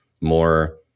more